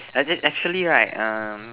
as in actually right um